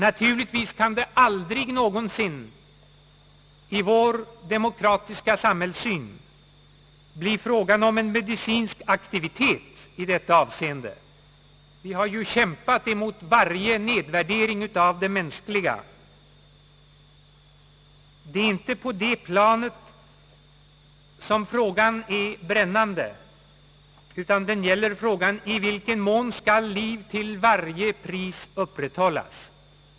Naturligtvis kan det aldrig någonsin med vår demokratiska samhällssyn bli fråga om en medicinsk aktivitet i detta avseende. Vi har ju kämpat emot varje nedvärdering av det mänskliga. Det är inte på det planet som frågan är brännande, utan den gäller i vilken mån liv skall till varje pris upprätthållas.